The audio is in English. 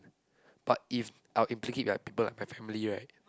but if I'll implicate people like my family right